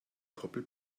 koppel